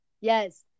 Yes